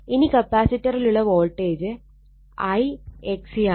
ഇനി കപ്പാസിറ്ററിലുള്ള voltage I XC ആണ്